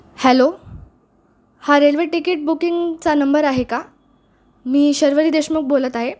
hello हा railway ticket बुकिंगचा number आहे का मी शर्वरी देशमुख बोलत आहे